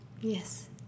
Yes